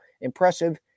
impressive